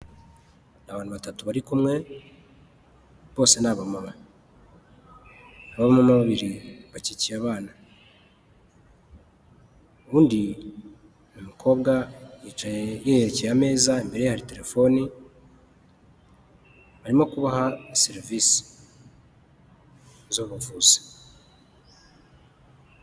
Ni abantu batatu bari kumwe, bose ni abamama, abamama babiri bakikiye abana, undi ni umukobwa yicaye yerekeye ameza, imbere ye hari telefoni arimo kubaha serivisi z'ubuvuzi.